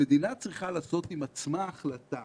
המדינה צריכה לעשות עם עצמה החלטה